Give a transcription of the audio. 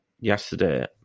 Yesterday